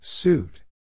Suit